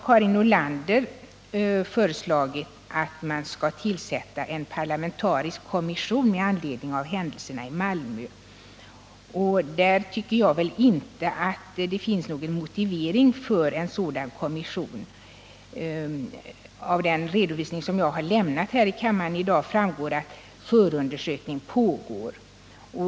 Karin Nordlander har föreslagit att man skall tillsätta en parlamentarisk kommission med anledning av händelserna i Malmö, men jag tycker inte att det finns någon motivering för en sådan kommission. Av den redovisning som jag lämnat här i kammaren i dag framgår det att förundersökning pågår.